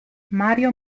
mario